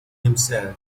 himself